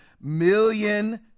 million